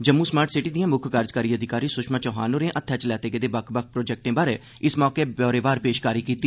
Jammu smart city दिआं मुक्ख कार्जकारी अधिकारी सुशमा चौहान होरें हत्थै च लैते गेदे बक्ख बक्ख प्रोजेक्टें बारै ब्यौरेवार पेषकारी कीती